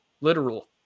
literal